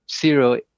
zero